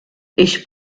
ich